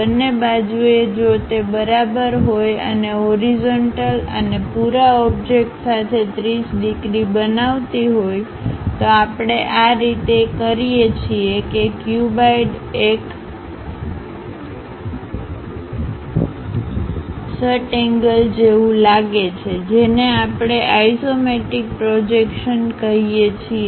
બંને બાજુએ જો તે બરાબર હોય અને હોરિઝન્ટલ અને પુરા ઓબ્જેક્ટ સાથે 30 ડિગ્રી બનાવતી હોય તો આપણે આ રીતે કે કરીએ છીએ કે ક્યુબઇડ એક ષટ્એંગલ જેવું લાગે છે જેને આપણે આઇસોમેટ્રિક પ્રોજેક્શન કહીએ છીએ